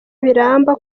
biramba